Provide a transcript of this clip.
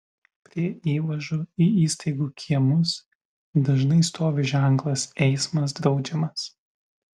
prie įvažų į įstaigų kiemus dažnai stovi ženklas eismas draudžiamas